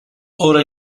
ora